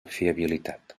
fiabilitat